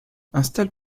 installe